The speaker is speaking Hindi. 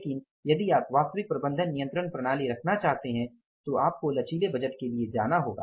लेकिन यदि आप वास्तविक प्रबंधन नियंत्रण प्रणाली रखना चाहते हैं तो आपको लचीले बजट के लिए जाना होगा